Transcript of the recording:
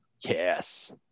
Yes